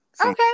Okay